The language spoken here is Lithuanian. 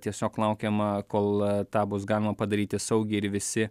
tiesiog laukiama kol tą bus galima padaryti saugiai ir visi